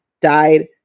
died